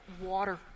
water